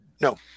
No